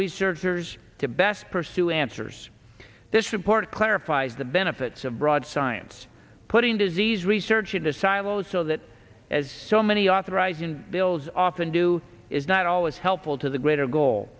researchers to best pursue answers this report clarifies the benefits of broad science putting disease research into silos so that as so many authorizing bills often do is not always helpful to the greater goal